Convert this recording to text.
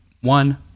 one